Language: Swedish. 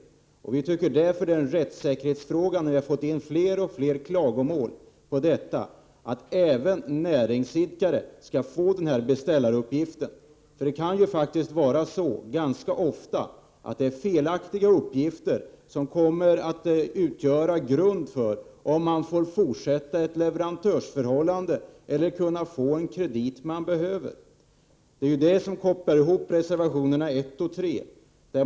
Eftersom vi har fått in fler och fler klagomål på detta har vi tyckt att det är en rättssäkerhetsfråga att även näringsidkare får sådana beställaruppgifter. Det kan ofta vara så att felaktiga uppgifter kommer att ligga till grund för om man får fortsätta ett leverantörsförhållande eller om man får en kredit man behöver. Det är sambandet mellan reservationerna 1 och 3.